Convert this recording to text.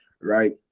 right